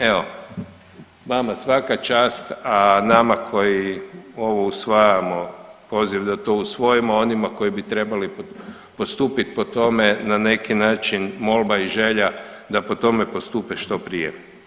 Evo vama svaka čast, a nama koji ovo usvajamo poziv da to usvojimo, a onima koji bi trebali postupit po tome na neki način molba i želja da po tome postupe što prije.